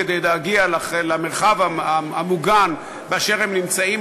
כדי להגיע למרחב המוגן באשר הם נמצאים,